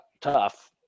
tough –